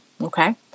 Okay